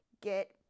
get